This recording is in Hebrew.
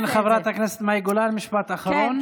כן, חברת הכנסת מאי גולן, משפט אחרון.